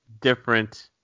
different